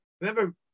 Remember